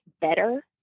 better